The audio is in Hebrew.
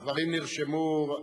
הדברים נרשמו.